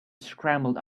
scrambled